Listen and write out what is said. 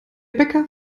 bäcker